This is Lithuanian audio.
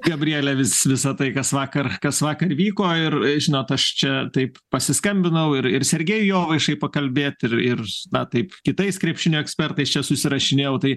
gabriele vis visa tai kas vakar kas vakar vyko ir žinot aš čia taip pasiskambinau ir ir sergejui jovaišai pakalbėt ir ir na taip kitais krepšinio ekspertais čia susirašinėjau tai